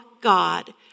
god